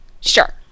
Sure